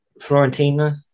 Florentina